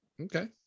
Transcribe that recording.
Okay